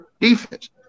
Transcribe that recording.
defense